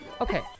Okay